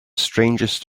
strangest